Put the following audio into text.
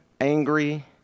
angry